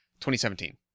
2017